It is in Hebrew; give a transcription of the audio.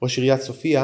ראש עיריית סופיה,